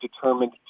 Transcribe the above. determined